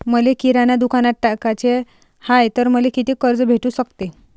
मले किराणा दुकानात टाकाचे हाय तर मले कितीक कर्ज भेटू सकते?